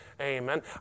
Amen